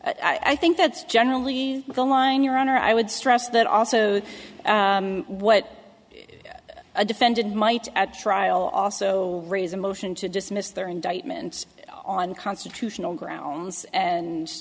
i think that's generally the line your honor i would stress that also what a defendant might at trial also raise a motion to dismiss their indictments on constitutional grounds and